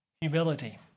humility